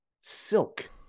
silk